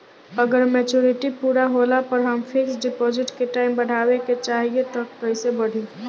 अगर मेचूरिटि पूरा होला पर हम फिक्स डिपॉज़िट के टाइम बढ़ावे के चाहिए त कैसे बढ़ी?